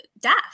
death